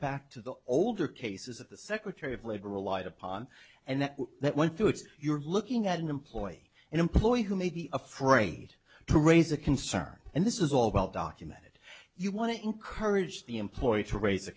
back to the older cases of the secretary of labor relied upon and that went through its you're looking at an employee an employee who may be afraid to raise a concern and this is all well documented you want to encourage the employee to raise a